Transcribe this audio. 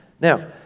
Now